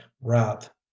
wrath